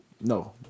No